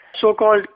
so-called